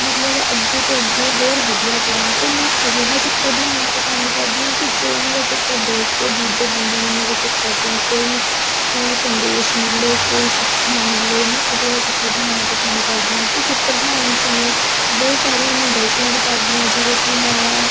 ਮਤਲਬ ਅੱਗੇ ਤੋਂ ਅੱਗੇ ਹੋਰ ਵਧੀਆ ਕਰਾਂ ਅਤੇ ਮੈਂ ਅਜਿਹਾ ਚਿੱਤਰ ਬਣਾਉਣਾ ਪਸੰਦ ਕਰਦੀ ਹਾਂ ਕਿ ਜੋ ਮੇਰਾ ਚਿੱਤਰ ਦੇਖ ਕੇ ਦੂਜੇ ਬੰਦੇ ਨੂੰ ਮੇਰੇ ਚਿੱਤਰ ਤੋਂ ਕੋਈ ਸੰਦੇਸ਼ ਮਿਲੇ ਕੋਈ ਸਿੱਖਿਆ ਮਿਲੇ ਮੈਂ ਅਜਿਹਾ ਚਿੱਤਰ ਬਣਾਉਣਾ ਪਸੰਦ ਕਰਦੀ ਹਾਂ ਕਿ ਚਿੱਤਰ ਬਣਾਉਣ ਸਮੇਂ ਬਹੁਤ ਸਾਰੀਆਂ ਮੈਂ ਗਲਤੀਆਂ ਵੀ ਕਰਦੀ ਹਾਂ ਜਿਵੇਂ ਕਿ ਮੈਂ